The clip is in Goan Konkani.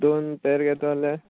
दोन पेर घेतो जाल्यार